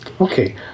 Okay